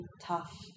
tough